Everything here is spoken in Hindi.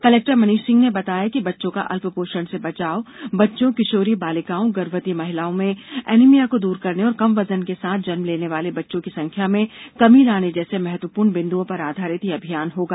कलेक्टर मनीष सिंह ने बताया कि बच्चों का अल्प पोषण से बचाव बच्चों किशोरी बालिकाओं गर्भवती महिलाओं में एनिमिया को दूर करना और कम वजन के साथ जन्म लेने वाले बच्चों की संख्या में कमी लाने जैसे महत्वपूर्ण बिंद्ओं पर आधारित यह अभियान होगा